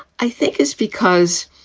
i think is because,